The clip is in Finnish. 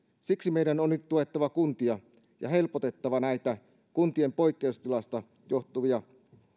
siksi meidän on nyt tuettava kuntia ja helpotettava näitä kuntien poikkeustilasta johtuvia